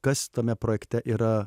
kas tame projekte yra